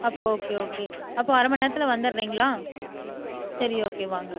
அப்போது okay okay அப்போது அரமணி நேரத்தில் வந்துடுறிங்களா சரி ஓகே வாங்க